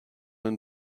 and